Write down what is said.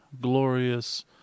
glorious